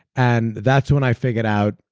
and that's when i figured out,